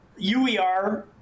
UER